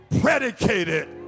predicated